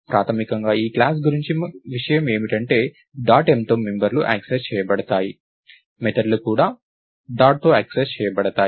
ప్రాథమికంగా ఈ క్లాస్ గురించి మంచి విషయం ఏమిటంటే డాట్ mతో మెంబర్లు యాక్సెస్ చేయబడతాయి మెథడ్ లు కూడా డాట్తో యాక్సెస్ చేయబడతాయి